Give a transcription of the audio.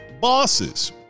bosses